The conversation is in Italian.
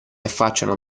affacciano